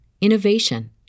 innovation